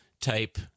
type